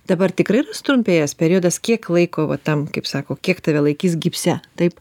dabar tikrai yra sutrumpėjęs periodas kiek laiko va tam kaip sako kiek tave laikys gipse taip